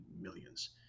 millions